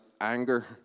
anger